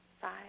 five